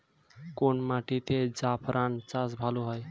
কোন মাটিতে জাফরান চাষ ভালো হয়?